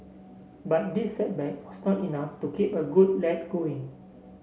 but this setback was not enough to keep a good lad going